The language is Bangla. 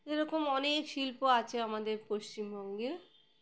এরকম অনেক শিল্প আছে আমাদের পশ্চিমবঙ্গের